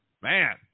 man